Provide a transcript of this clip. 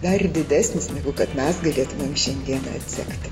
dar didesnis negu kad mes galėtumėm šiandien atsekti